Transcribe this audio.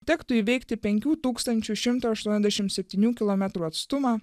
tektų įveikti penkių tūkstančių šimto aštuoniasdešim septynių kilometrų atstumą